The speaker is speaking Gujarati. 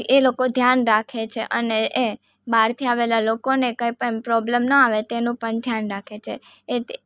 એ લોકો ધ્યાન રાખે છે અને એ બહારથી આવેલાં લોકોને કંઈપણ પ્રોબલમ ના આવે તેનું પણ ધ્યાન રાખે છે એતે